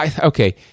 okay